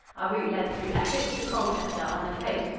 our route led through essex to colchester on the coast.